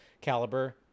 caliber